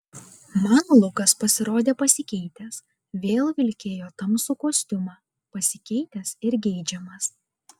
man lukas pasirodė pasikeitęs vėl vilkėjo tamsų kostiumą pasikeitęs ir geidžiamas